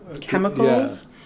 chemicals